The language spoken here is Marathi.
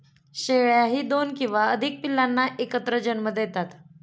शेळ्याही दोन किंवा अधिक पिल्लांना एकत्र जन्म देतात